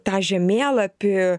tą žemėlapį